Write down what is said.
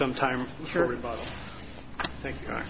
some time for everybody thank god